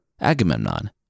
Agamemnon